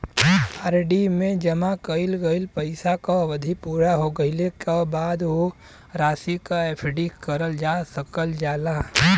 RD में जमा कइल गइल पइसा क अवधि पूरा हो गइले क बाद वो राशि क एफ.डी करल जा सकल जाला